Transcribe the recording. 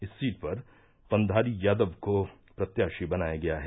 इस सीट पर पंधारी यादव को प्रत्याशी बनाया गया है